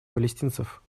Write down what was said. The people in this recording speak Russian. палестинцев